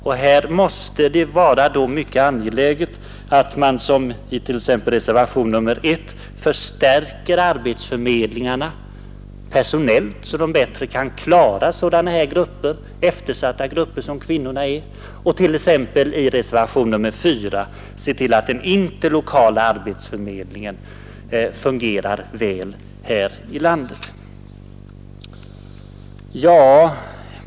Det måste då vara mycket angeläget att man, som föreslås i reservation nr 1, förstärker arbetsförmedlingarna personellt så att de bättre kan hjälpa eftersatta grupper såsom kvinnorna och att man, som föreslås i reservation nr 4, ser till att den interlokala arbetsförmedlingen fungerar väl här i landet.